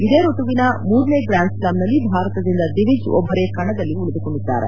ಇದೇ ಋತುವಿನ ಮೂರನೇ ಗ್ರ್ಯಾನ್ಸ್ಲ್ಯಾಮ್ನಲ್ಲಿ ಭಾರತದಿಂದ ದಿವಿಜ್ ಒಬ್ಬರೇ ಕಣದಲ್ಲಿ ಉಳಿದುಕೊಂಡಿದ್ದಾರೆ